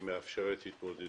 הצעה זו מאפשרת התמודדות.